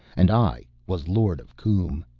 and i was lord of koom.